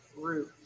root